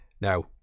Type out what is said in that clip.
Now